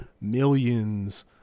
millions